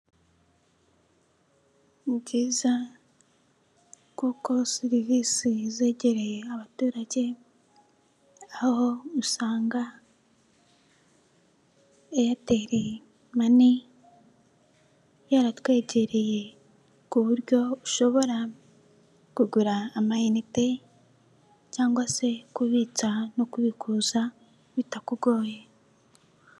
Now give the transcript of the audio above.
Ni byiza kuko serivisi zegereye abaturage aho usanga Airtel Money yaratwegereye ku buryo ushobora kugura amayinite cyangwa se kubitsa no kubikuza bitakugoye.